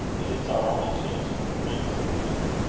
it is our only chance for the ring, said hugh.